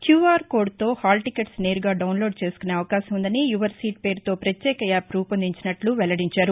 QR కోద్తో hall tickets నేరుగా download చేసుకునే అవకాశం ఉందని యువర్ సీట్ పేరుతో పత్యేక యాప్ రూపొందించినట్లు వెల్లడించారు